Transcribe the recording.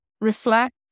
Reflect